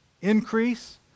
increase